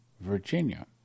Virginia